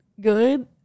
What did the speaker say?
good